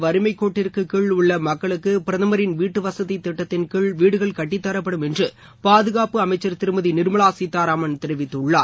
வறுமைக் கோட்டிற்கு கீழ உள்ள மக்களுக்கு பிரதமரின் வீட்டு வசதித் திட்டத்தின்கீழ் வீடுகள் கட்டித் தரப்படும் என்று பாதுகாப்பு அமைச்சா் திருமதி நிர்மலா சீதாராமன் தெரிவித்துள்ளார்